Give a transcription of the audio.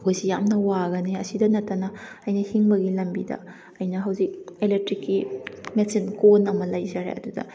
ꯑꯩꯈꯣꯏꯁꯤ ꯌꯥꯝ ꯋꯥꯒꯅꯤ ꯑꯁꯤꯗ ꯅꯠꯇꯅ ꯑꯩꯅ ꯍꯤꯡꯕꯒꯤ ꯂꯝꯕꯤꯗ ꯑꯩꯅ ꯍꯧꯖꯤꯛ ꯑꯦꯂꯦꯛꯇ꯭ꯔꯤꯛꯀꯤ ꯃꯦꯆꯤꯟ ꯀꯣꯟ ꯑꯃ ꯂꯩꯖꯔꯦ ꯑꯗꯨꯗ